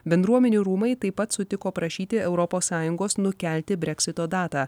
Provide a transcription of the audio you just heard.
bendruomenių rūmai taip pat sutiko prašyti europos sąjungos nukelti breksito datą